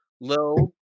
low